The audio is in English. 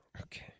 Okay